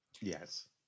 Yes